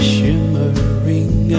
Shimmering